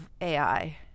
AI